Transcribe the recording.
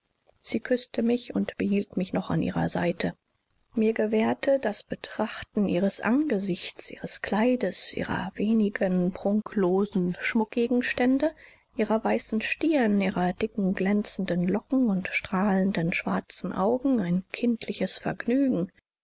sie küßte mich und behielt mich noch an ihrer seite mir gewährte das betrachten ihres angesichts ihres kleides ihrer wenigen prunklosen schmuckgegenstände ihrer weißen stirn ihrer dicken glänzenden locken und strahlenden schwarzen augen ein kindliches vergnügen